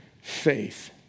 faith